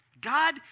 God